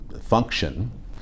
function